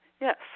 yes